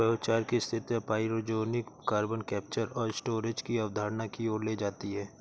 biochar की स्थिरता pyrogenic carbon capture और स्टोरेज की अवधारणा की ओर ले जाती है